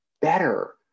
better